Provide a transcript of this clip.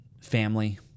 family